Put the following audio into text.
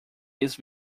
his